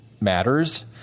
matters